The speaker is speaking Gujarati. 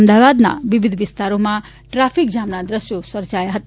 અમદાવાદના વિવિધ વિસ્તારોમાં ટ્રાફિક જામના દ્રશ્યો સર્જાયા હતા